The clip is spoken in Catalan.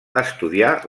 estudià